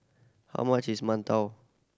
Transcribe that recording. how much is mantou